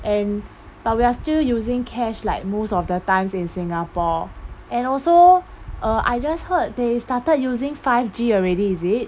and but we are still using cash like most of the times in singapore and also err I just heard they started using five g already is it